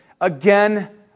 again